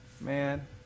Man